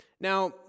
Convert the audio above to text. Now